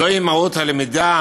זוהי מהות הלמידה,